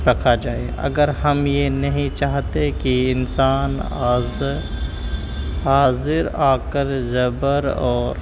رکھا جائے اگر ہم یہ نہیں چاہتے کہ انسان حاضر حاضر آکر زبر اور